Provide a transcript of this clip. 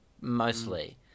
mostly